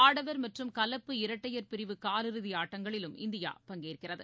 ஆடவர் மற்றும் கலப்பு இரட்டையர் பிரிவு காலிறுதிஆட்டங்களிலும் இந்தியா பங்கேற்கிறது